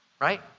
right